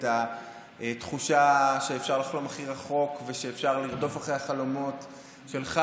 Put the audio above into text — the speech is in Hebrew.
את התחושה שאפשר לחלום הכי רחוק ושאפשר לרדוף אחרי החלומות שלך,